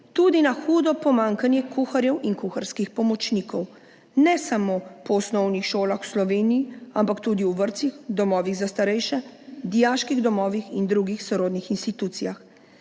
tudi na hudo pomanjkanje kuharjev in kuharskih pomočnikov, ne samo po osnovnih šolah v Sloveniji, ampak tudi v vrtcih, domovih za starejše, dijaških domovih in drugih sorodnih institucijah.